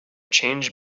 changed